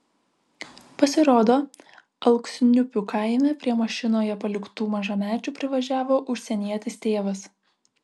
pasirodo alksniupių kaime prie mašinoje paliktų mažamečių privažiavo užsienietis tėvas